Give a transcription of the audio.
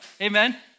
amen